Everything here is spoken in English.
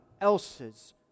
else's